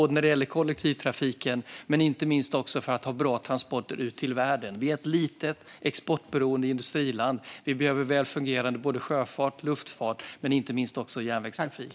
Det gäller både kollektivtrafiken och inte minst bra transporter ut i världen. Sverige är ett litet, exportberoende industriland; vi behöver väl fungerande sjöfart och luftfart och inte minst järnvägstrafik.